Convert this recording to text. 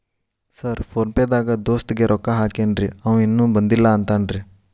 Sir PhonePe ದಾಗ ದೋಸ್ತ್ ಗೆ ರೊಕ್ಕಾ ಹಾಕೇನ್ರಿ ಅಂವ ಇನ್ನು ಬಂದಿಲ್ಲಾ ಅಂತಾನ್ರೇ?